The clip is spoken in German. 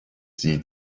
sie